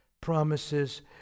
promises